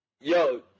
yo